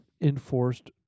enforced